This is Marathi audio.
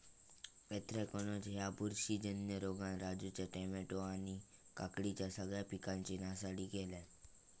अँथ्रॅकनोज ह्या बुरशीजन्य रोगान राजूच्या टामॅटो आणि काकडीच्या सगळ्या पिकांची नासाडी केल्यानं